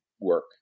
work